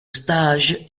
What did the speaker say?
stage